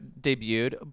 debuted